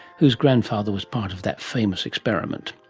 whose grandfather was part of that famous experiment